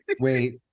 Wait